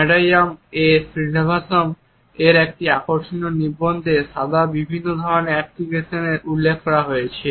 Mandayam A Srinivasan এর একটি খুব আকর্ষণীয় নিবন্ধে সাদা বিভিন্ন ধরণের অ্যাপ্লিকেশনের উল্লেখ করা হয়েছে